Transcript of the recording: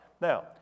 Now